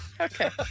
Okay